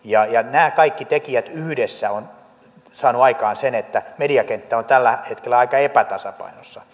nämä kaikki tekijät yhdessä ovat saaneet aikaan sen että mediakenttä on tällä hetkellä aika epätasapainossa